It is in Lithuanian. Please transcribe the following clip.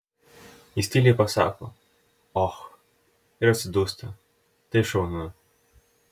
jis tyliai pasako och ir atsidūsta tai šaunu